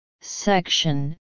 section